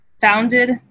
founded